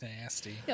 nasty